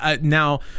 Now